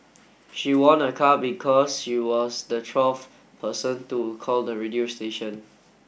she won a car because she was the twelfth person to call the radio station